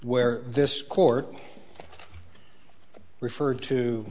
where this court referred to